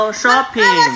shopping